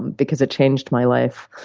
because it changed my life,